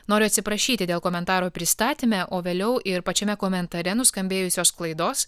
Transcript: noriu atsiprašyti dėl komentaro pristatyme o vėliau ir pačiame komentare nuskambėjusios klaidos